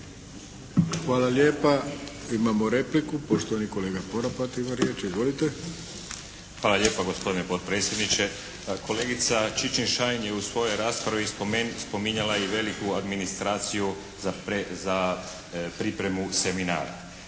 Hvala lijepa. Imamo repliku. Poštovani kolega Poropat ima riječ. Izvolite. **Poropat, Valter (IDS)** Hvala lijepa gospodine potpredsjedniče. Kolegica Čičin-Šain je u svojoj raspravi spominjala i veliku administraciju za pripremu seminara.